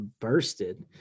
bursted